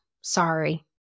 Sorry